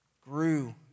grew